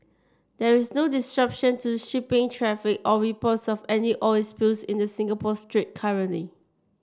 there is no disruption to shipping traffic or reports of any oil spills in the Singapore Strait currently